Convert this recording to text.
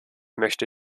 möchte